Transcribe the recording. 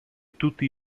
tutti